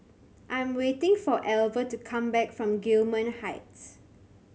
I am waiting for Alver to come back from Gillman Heights